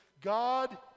God